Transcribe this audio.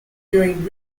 during